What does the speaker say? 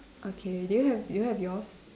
okay do you have do you have yours